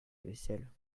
vaisselle